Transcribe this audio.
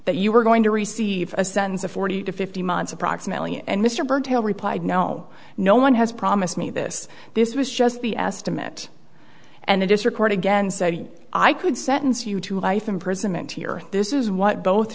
that you were going to receive a sense of forty to fifty months approximately and mr burke tell replied no no one has promised me this this was just the estimate and it is record again said i could sentence you to life imprisonment here this is what both